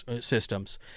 systems